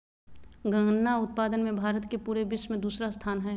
गन्ना उत्पादन मे भारत के पूरे विश्व मे दूसरा स्थान हय